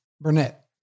Burnett